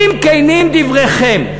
אם כנים דבריכם,